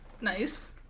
Nice